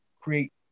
create